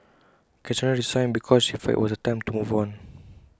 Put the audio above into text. Cassandra resigned because she felt IT was time to move on